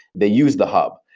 they use the hub.